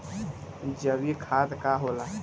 जैवीक खाद का होला?